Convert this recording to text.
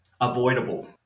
avoidable